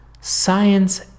Science